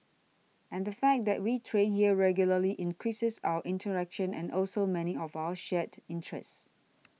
and the fact that we train here regularly increases our interaction and also many of our shared interests